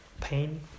pain